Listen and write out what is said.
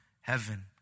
heaven